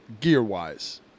gear-wise